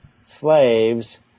slaves